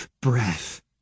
breath